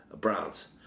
Browns